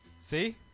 See